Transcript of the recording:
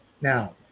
now